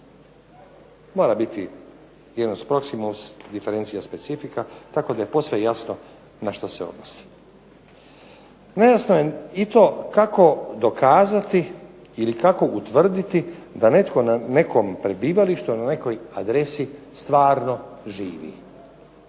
Mora biti yunus proximum differentia specifica tako da je posve jasno na što se odnosi. Nejasno je i to kako dokazati ili kako utvrditi da netko na nekom prebivalištu ili na nekoj adresi stvarno živi.